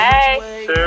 Hey